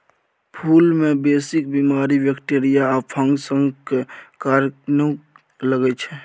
फुल मे बेसी बीमारी बैक्टीरिया या फंगसक कारणेँ लगै छै